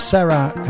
Sarah